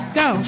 go